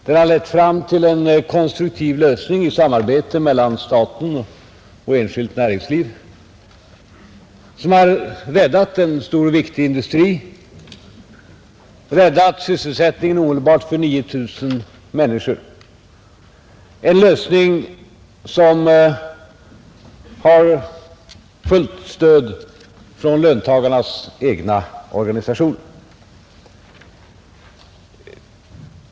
Den har lett fram till en konstruktiv lösning i samarbete mellan staten och enskilt näringsliv som har räddat en stor och viktig industri och säkrat den omedelbara sysselsättningen för 9 000 människor, en lösning som har fullt stöd från löntagarnas egna organisationer.